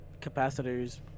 capacitors